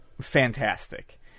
fantastic